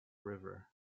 river